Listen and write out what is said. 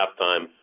halftime